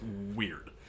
weird